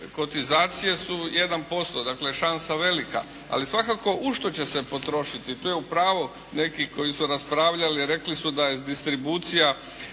kotizacije su jedan posto. Dakle, šansa velika. Ali svakako u što će se potrošiti? To je u pravu neki koji su raspravljali rekli su da je distribucija,